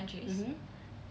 mmhmm